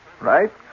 right